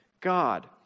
God